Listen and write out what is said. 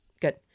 Good